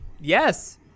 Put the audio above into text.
Yes